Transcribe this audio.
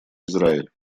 израиль